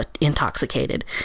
intoxicated